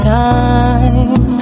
time